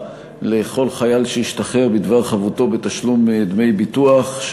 לכל חייל שהשתחרר בדבר חבותו בתשלום דמי ביטוח,